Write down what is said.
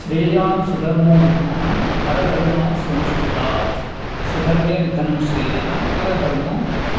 श्रेयान् स्वधर्मोविगुणः परधर्मात् स्वनुष्ठितात् स्वधर्मे निधनं श्रेयः परधर्मो